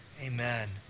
Amen